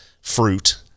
fruit